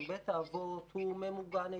בית האבות הוא ממוגן היטב,